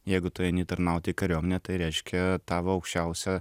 jeigu tu eini tarnauti į kariuomenę tai reiškia tavo aukščiausia